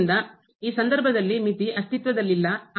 ಆದ್ದರಿಂದ ಈ ಸಂದರ್ಭದಲ್ಲಿ ಮಿತಿ ಅಸ್ತಿತ್ವದಲ್ಲಿಲ್ಲ